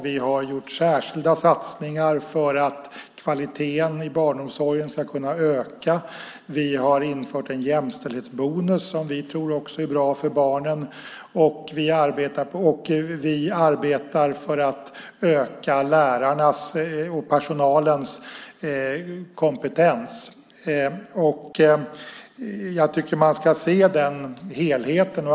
Vi har gjort särskilda satsningar för att kvaliteten i barnomsorgen ska kunna öka. Vi har infört en jämställdhetsbonus som vi också tror är bra för barnen. Vi arbetar för att öka lärarnas och personalens kompetens. Jag tycker att man ska se den helheten.